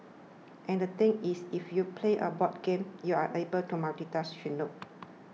and the thing is if you play a board game you are able to multitask she notes